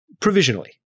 Provisionally